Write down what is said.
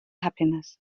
happiness